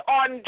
on